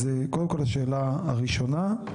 אז קודם כל השאלה הראשונה.